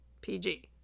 PG